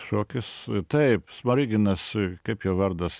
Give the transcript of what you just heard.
šokis taip smoriginas kaip jo vardas